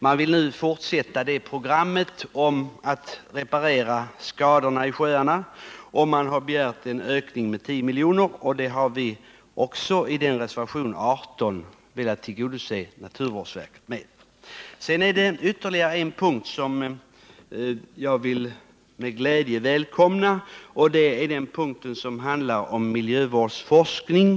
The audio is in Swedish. Man vill nu fortsätta programmet för reparation av skadorna i sjöarna, varför man begärt en ökning av anslaget med 10 milj.kr. I reservationen 18 har även vi uttalat att vi vill ge naturvårdsverket detta stöd. Det finns ytterligare en punkt som jag välkomnar, nämligen den som gäller miljövårdsforskning.